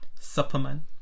Superman